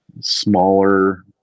smaller